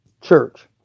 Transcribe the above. church